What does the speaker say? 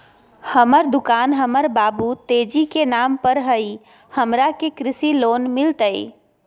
हमर दुकान हमर बाबु तेजी के नाम पर हई, हमरा के कृषि लोन मिलतई?